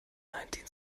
nineteen